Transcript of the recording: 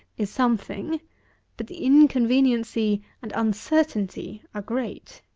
is something but the inconveniency and uncertainty are great.